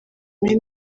muri